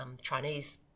Chinese